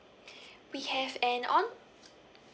we have an on~